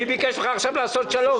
מי ביקש ממך עכשיו לעשות שלום?